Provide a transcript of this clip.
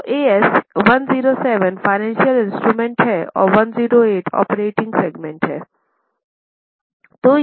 तो AS 107 financial instrument है और 108 ऑपरेटिंग सेगमेंट है